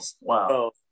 wow